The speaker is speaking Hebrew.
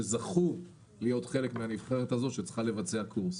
שזכו להיות חלק מהנבחרת הזו שצריכה לבצע קורס.